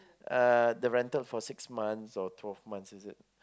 uh the rental for six months or twelve months is it